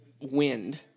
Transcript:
wind